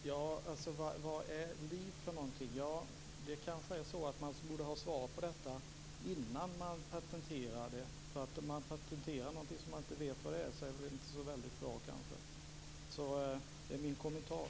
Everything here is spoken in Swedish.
Fru talman! Vad är liv för någonting? Det kanske är så att man borde ha svaret på detta innan man patenterar det. Att man patenterar någonting som man inte vet vad det är kanske inte är så väldigt bra. Det är min kommentar.